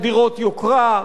על דירות יוקרה,